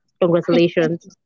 Congratulations